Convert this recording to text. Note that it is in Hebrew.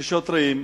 שוטרים,